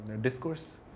discourse